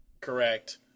Correct